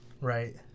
Right